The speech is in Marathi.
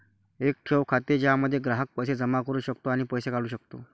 एक ठेव खाते ज्यामध्ये ग्राहक पैसे जमा करू शकतो आणि पैसे काढू शकतो